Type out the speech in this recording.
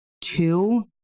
two